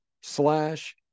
slash